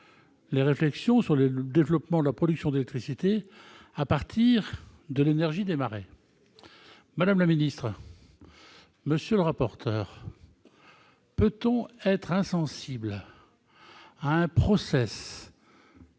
la réflexion sur le développement de la production d'électricité à partir de l'énergie des marées. Madame la secrétaire d'État, monsieur le rapporteur, peut-on être indifférent à un process